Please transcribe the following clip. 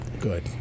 Good